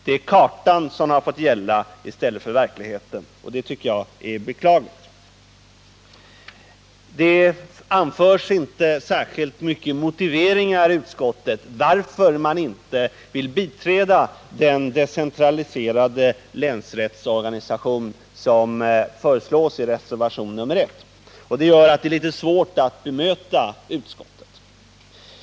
Det är kartan som har fått gälla i stället för verkligheten, och det tycker jag är beklagligt. Det anförs inte särskilt många motiveringar i utskottet för att man inte vill biträda den decentraliserade länsrättsorganisation som föreslås i reservationen 1, och det gör att det är litet svårt att bemöta utskottet.